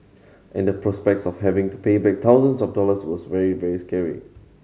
and the prospects of having to pay back thousands of dollars was very very scary